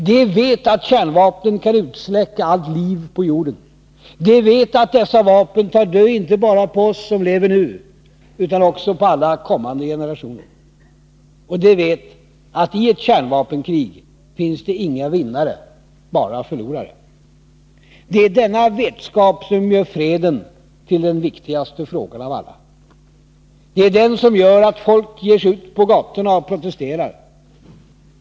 De vet att kärnvapnen kan utsläcka allt liv på jorden. De vet att dessa vapen tar död inte bara på oss som lever nu, utan också på alla kommande generationer. Och de vet att i ett kärnvapenkrig finns det inga vinnare — bara förlorare. Det är denna vetskap som gör freden till den viktigaste frågan av alla. Det är den som gör att folk ger sig ut på gatorna och protesterar.